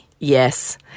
Yes